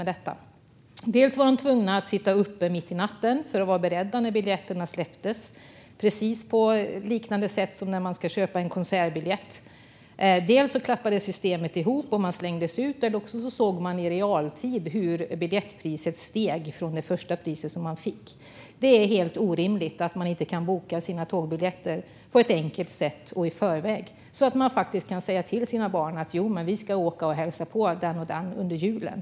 Dels var de tvungna att sitta uppe mitt i natten för att vara beredda när biljetterna släpptes, precis som när man ska köpa konsertbiljett. Dels klappade systemet ihop, och de slängdes ut eller såg i realtid hur biljettpriserna steg från det första pris de fått. Det är helt orimligt att man inte kan boka sina tågbiljetter på ett enkelt sätt i förväg så att man kan säga till sina barn att familjen ska åka och hälsa på släkten under julen.